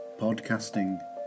podcasting